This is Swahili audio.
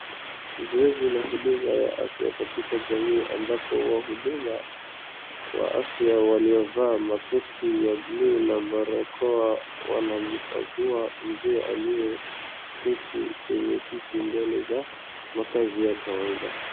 Zoezi la huduma ya afya katika jamii ambapo wahuduma wa afya waliovaa makoti ya buluu na barokoa wanamkangua mzee aliyeketi kwenye kiti mbele za makazi ya kawaida.